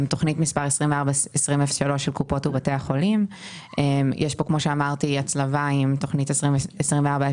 בתכנית מס' 242003 של קופות ובתי החולים יש הצלבה עם תכנית 240709,